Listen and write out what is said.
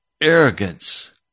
arrogance